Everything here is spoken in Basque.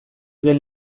den